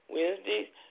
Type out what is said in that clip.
Wednesdays